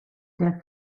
der